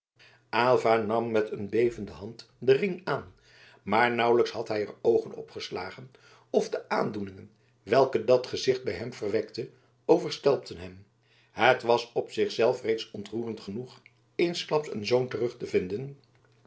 aylva nam met een bevende hand den ring aan maar nauwelijks had hij er de oogen op geslagen of de aandoeningen welke dat gezicht bij hem verwekte overstelpten hem het was op zich zelf reeds ontroerend genoeg eensklaps een zoon terug te vinden